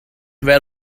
where